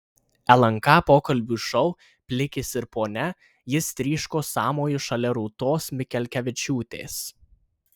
lnk pokalbių šou plikis ir ponia jis tryško sąmoju šalia rūtos mikelkevičiūtės